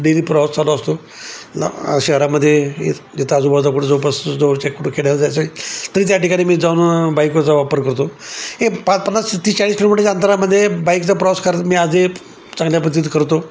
daily प्रवास चालू असतो शहरामध्ये जेथे आजूबाजूला कुठे जवळपास जवळच्या कुठं खेड्याला जायचं आहे तरी त्या ठिकाणी मी जाऊन बाईकवरचा वापर करतो हे पाच पन्नास तीस चाळीस किलोमीटरच्या अंतरामध्ये बाईकचा प्रवास करत मी आजही चांगल्या पद्धतीत करतो